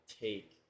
take